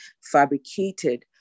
fabricated